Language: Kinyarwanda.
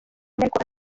ariko